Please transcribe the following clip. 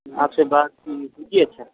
آپ سے بات کی جی اچھا